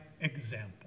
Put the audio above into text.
example